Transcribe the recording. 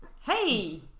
Hey